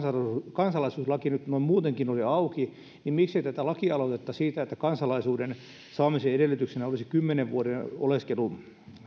kansalaisuuslaki muutenkin oli auki miksei tätä lakialoitetta siitä että kansalaisuuden saamisen edellytyksenä olisi kymmenen vuoden oleskelu